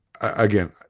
again